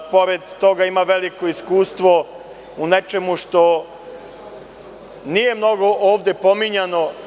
Pored toga, ima veliko iskustvo u nečemu što nije mnogo ovde pominjano.